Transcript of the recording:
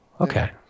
okay